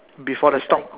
before the stock